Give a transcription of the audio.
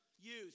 youth